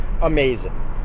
amazing